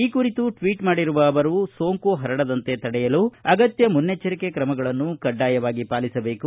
ಈ ಕುರಿತು ಟ್ವೀಟ್ ಮಾಡಿರುವ ಅವರು ಸೋಂಕು ಪರಡದಂತೆ ತಡೆಯಲು ಅಗತ್ಯ ಮುನ್ನೆಚ್ಚರಿಕೆ ಕ್ರಮಗಳನ್ನು ಕಡ್ಡಾಯವಾಗಿ ಪಾಲಿಸಬೇಕು